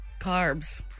Carbs